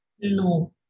No